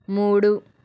మూడు